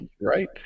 Right